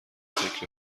فکر